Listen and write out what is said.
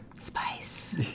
Spice